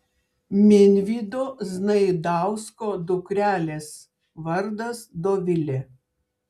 minvydo znaidausko dukrelės vardas dovilė